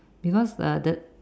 because uh the